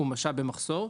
הוא משאב במחסור,